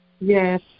Yes